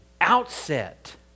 outset